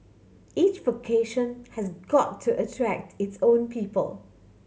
each vocation has got to attract its own people